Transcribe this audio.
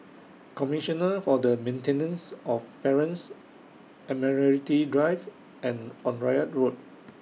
Commissioner For The Maintenance of Parents Admiralty Drive and Onraet Road